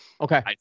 okay